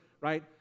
right